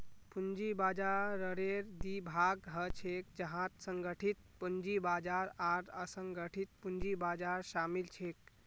पूंजी बाजाररेर दी भाग ह छेक जहात संगठित पूंजी बाजार आर असंगठित पूंजी बाजार शामिल छेक